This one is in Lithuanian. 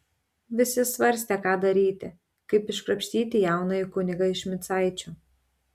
visi svarstė ką daryti kaip iškrapštyti jaunąjį kunigą iš micaičių